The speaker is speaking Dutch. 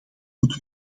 moet